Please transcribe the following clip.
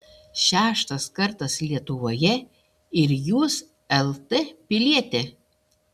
šeštas kartas lietuvoje ir jūs lt pilietė